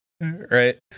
right